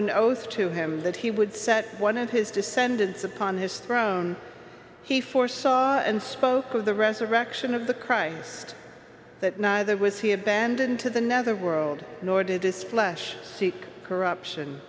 an oath to him that he would set one of his descendants upon his throne he foresaw and spoke of the resurrection of the christ that neither was he abandoned to the nether world nor did this flesh seek corruption